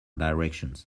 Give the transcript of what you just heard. directions